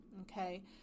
Okay